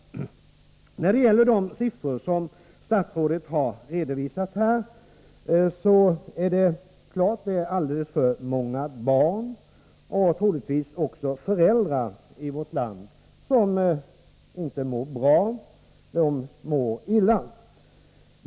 Statsrådet har här redovisat en del siffror, och de visar klart att det är alldeles för många barn och troligtvis också föräldrar i vårt land som inte mår bra. De mår illa!